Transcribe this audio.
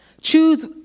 choose